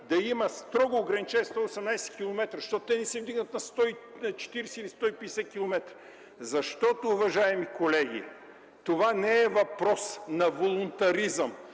да имат строго ограничени 118 километра. Защо те не се вдигнат на 140 или 150 километра? Защото, уважаеми колеги, това не е въпрос на волунтаризъм,